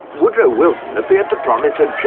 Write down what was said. woodrow wilson appeared to promise a